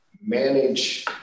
manage